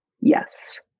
yes